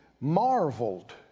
marveled